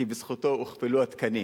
כי בזכותו הוכפלו התקנים,